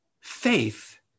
Faith